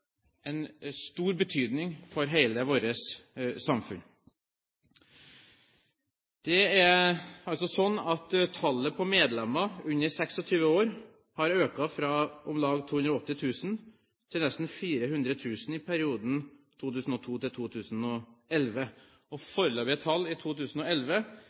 stor betydning for hele vårt samfunn. Tallet på medlemmer under 26 år har økt fra om lag 280 000 til nesten 400 000 i perioden 2002–2011, og foreløpige tall for 2011 viser at veksten fortsetter. I forberedelsen til denne talen fant jeg fram LNUs resultatrapport for 2011.